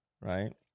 right